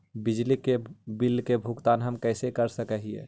बिजली बिल के भुगतान हम कैसे कर सक हिय?